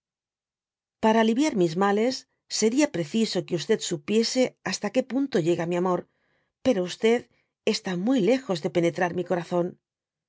para alítíar bus males seria preciso que supiese hasta que punto llega mi amor pero está muy lejos de penetrar mi torazon